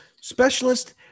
specialist